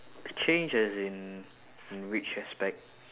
change as in in which aspect